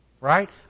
Right